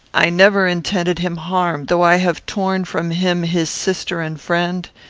i never intended him harm, though i have torn from him his sister and friend,